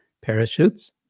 parachutes